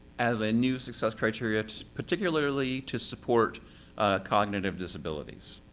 as a new success criterion particularly to support cognitive disabilities.